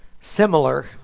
similar